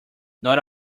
not